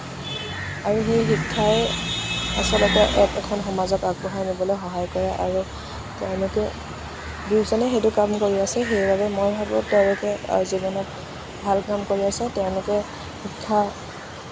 আৰু সেই শিক্ষাই আচলতে একোখন সমাজত আগবঢ়াই নিবলৈ সহায় কৰে আৰু তেওঁলোকে দুয়োজনে সেইটো কাম কৰি আছে আৰু সেইবাবে মই ভাবোঁ তেওঁলোকে জীৱনত ভাল কাম কৰি আছে তেওঁলোকে শিক্ষা